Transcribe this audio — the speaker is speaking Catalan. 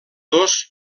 dos